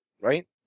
right